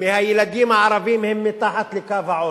מהילדים הערבים הם מתחת לקו העוני.